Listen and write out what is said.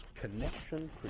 connection